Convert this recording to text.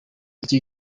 icyo